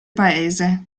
paese